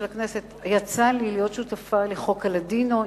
הכנסת יצא לי להיות שותפה לחוק הלדינו,